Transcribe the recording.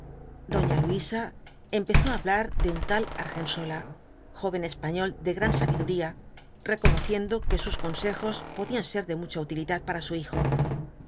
doña luisa empezó á hablar de un tal argensola joven español de gran sabiduría reconociendo que sus consejos podían ser de mu cha utilidad para su hijo